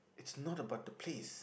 it's not about the place